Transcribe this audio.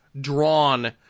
drawn